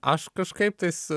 aš kažkaip tais